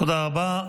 תודה רבה.